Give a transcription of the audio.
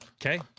Okay